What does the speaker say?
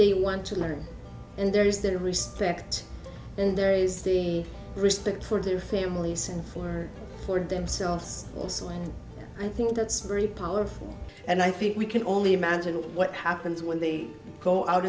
they want to learn and there is the respect and there is the respect for their families and for ford themselves also and i think that's very powerful and i think we can only imagine what happens when they go out